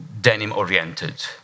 denim-oriented